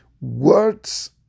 words